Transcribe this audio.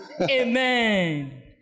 Amen